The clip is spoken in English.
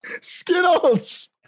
Skittles